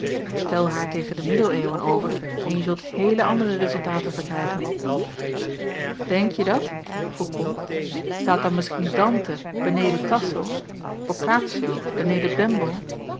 stel haar tegen de middeleeuwen over en je zult heele andere rezultaten verkrijgen denk je dat vroeg bol staat dan misschien dante beneden tasso boccacio beneden bembo